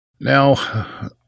Now